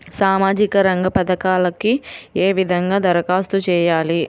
సామాజిక రంగ పథకాలకీ ఏ విధంగా ధరఖాస్తు చేయాలి?